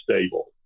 stable